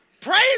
Praise